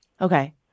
Okay